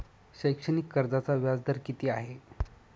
शैक्षणिक कर्जाचा व्याजदर किती आहे?